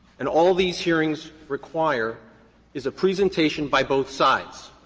and all these hearings require is a presentation by both sides.